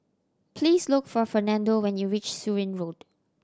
please look for Fernando when you reach Surin Road